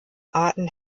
arten